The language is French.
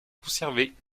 conservés